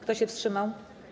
Kto się wstrzymał?